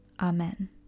Amen